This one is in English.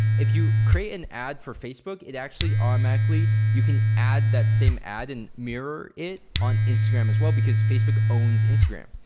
if you create an ad for facebook, it actually automatically, you can add that same ad and mirror it on instagram as well because facebook owns instagram.